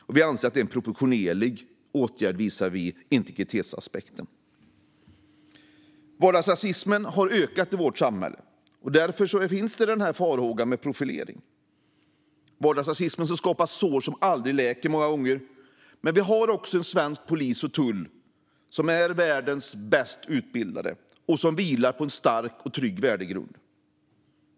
Det anser vi är en proportionerlig åtgärd visavi integritetsaspekten. Vardagsrasismen har ökat i vårt samhälle. Därför finns farhågan när det gäller profilering. Vardagsrasismen skapar sår som många gånger aldrig läker. Men svensk polis och tull är världens bäst utbildade och vilar på en stark och trygg värdegrund.